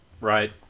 Right